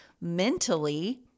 mentally